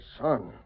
son